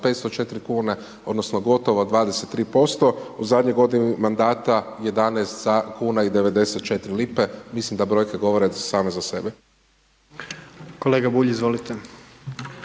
504 kune, odnosno gotovo 23%. U zadnjoj godini mandata 11 kuna i 94 lipe. Mislim da brojke govore same za sebe. **Jandroković,